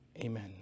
Amen